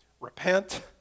repent